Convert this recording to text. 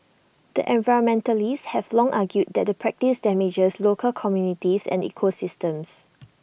but environmentalists have long argued that the practice damages local communities and ecosystems